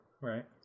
right